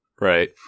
right